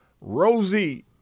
Rosie